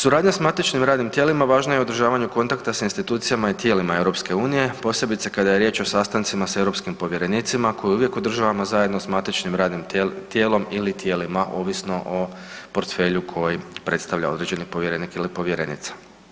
Suradnja s matičnim radnim tijelima važna je u održavanju kontakta sa institucijama i tijela EU-a posebice kada je riječ o sastancima sa europskim povjerenicima koje uvijek održavamo zajedno s matičnim radnim tijelom ili tijelima, ovisno o portfelju koji predstavlja određeni povjerenik ili povjerenica.